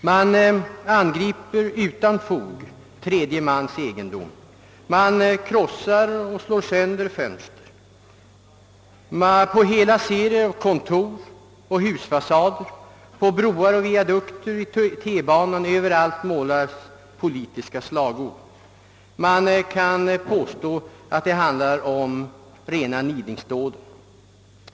Man angriper då utan fog tredje mans egendom, man krossar fönster 0. s. v., och på hela serier av kontor, husfasader, broar och viadukter samt i tunnelbanan — ja, överallt målas politiska slagord. Man kan påstå att det handlar om rena nidingsdåden.